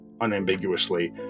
unambiguously